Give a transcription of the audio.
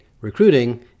recruiting